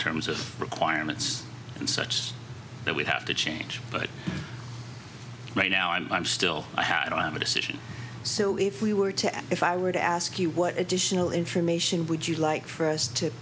terms of requirements and such that we have to change but right now i'm still i have i'm a decision so if we were to if i were to ask you what additional information would you like for us to